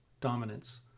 dominance